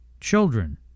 children